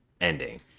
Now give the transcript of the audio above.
ending